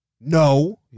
No